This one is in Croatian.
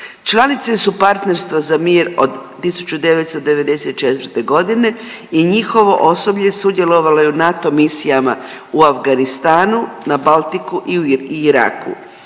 Članice su partnerstva za mir od 1994. g. i njihovo osoblje sudjelovalo je u NATO misijama u Afganistanu, na Baltiku i u Iraku.